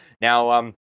Now